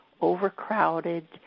overcrowded